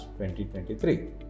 2023